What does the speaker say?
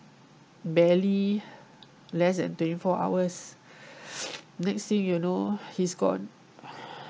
barely less than twenty four hours next thing you know he's gone